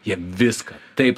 jie viską taip